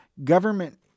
government